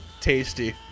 tasty